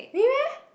really meh